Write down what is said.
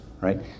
right